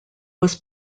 was